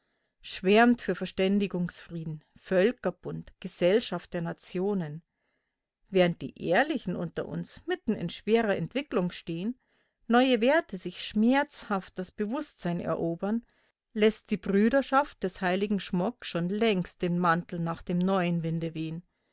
schwärmt für verständigungsfrieden völkerbund gesellschaft der nationen während die ehrlichen unter uns mitten in schwerer entwicklung stehen neue werte sich schmerzhaft das bewußtsein erobern läßt die brüderschaft des heiligen schmock schon längst den mantel nach dem neuen winde wehen